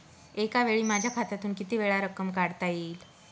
एकावेळी माझ्या खात्यातून कितीवेळा रक्कम काढता येईल?